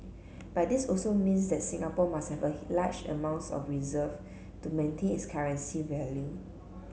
but this also means that Singapore must have a large amounts of reserve to maintain its currency value